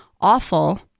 awful